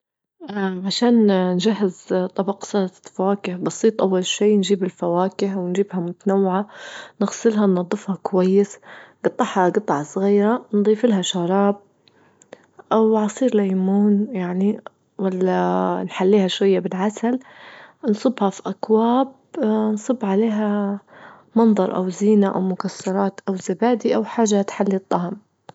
اه عشان نجهز طبق سلطة فواكه بسيط أول شي نجيب الفواكه ونجيبها متنوعة نغسلها ننضفها كويس نجطعها جطع صغيرة، نضيفلها شراب أو عصير ليمون يعني ولا نحليها شوية بالعسل، نصبها في أكواب نصب عليها منظر أو زينة أو مكسرات أو زبادي أو حاجة تحلي الطعم.